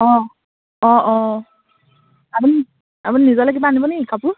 অঁ অঁ অঁ আপুনি আপুনি নিজলৈ কিবা আনিব নি কাপোৰ